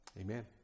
Amen